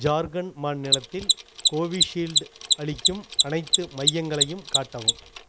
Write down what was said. ஜார்க்கண்ட் மாநிலத்தில் Covishield அளிக்கும் அனைத்து மையங்களையும் காட்டவும்